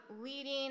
leading